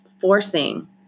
forcing